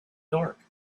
dark